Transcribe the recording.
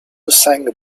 sang